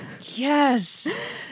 Yes